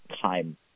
time